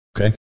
Okay